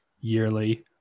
yearly